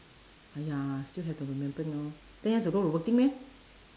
!aiya! still have to remember now ten years ago you working meh